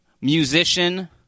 musician